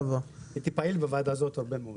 הייתי פעיל מאוד בוועדה הזאת.